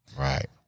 Right